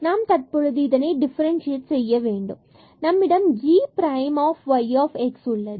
நாம் தற்பொழுது இதனை டிஃபரன்சியேட் செய்ய வேண்டும் எனவே நம்மிடம் g prime yx உள்ளது